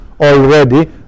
already